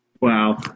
Wow